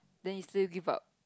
then you still give up